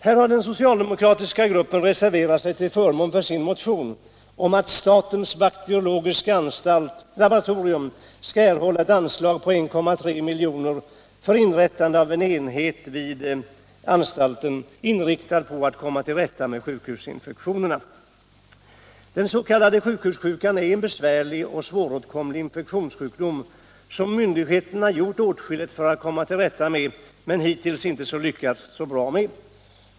Här har den socialdemokratiska utskottsgruppen reserverat sig till förmån för sin motion om att statens bakteriologiska laboratorium skall erhålla att anslag på 1,3 milj.kr. för inrättande av en enhet vid laboratoriet, inriktad på att komma till rätta med sjukhusinfektionerna. Den s.k. sjukhussjukan är en besvärlig och svåråtkomlig infektionssjukdom som myndigheterna har gjort åtskilligt för att komma till rätta med men hittills inte har lyckats så bra med.